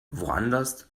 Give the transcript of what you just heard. woanders